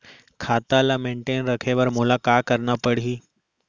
खाता ल मेनटेन रखे बर मोला का करना पड़ही?